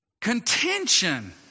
Contention